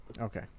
Okay